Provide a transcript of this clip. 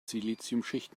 siliziumschicht